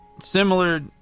similar